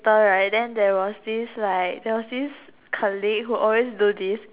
then there was this like there was this colleague who always do this